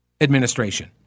administration